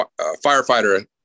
firefighter